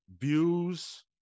views